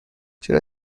چرا